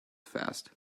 fast